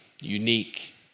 unique